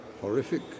horrific